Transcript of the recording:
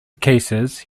cases